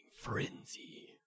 Frenzy